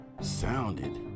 sounded